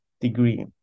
degree